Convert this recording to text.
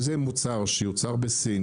אם זה מוצר שיוצר בסין,